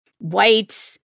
white